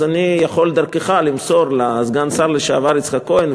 אז אני יכול דרכך למסור לסגן שר לשעבר יצחק כהן,